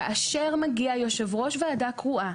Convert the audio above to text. כאשר מגיע יושב ראש ועדת קרואה,